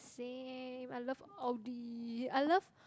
same I love Audi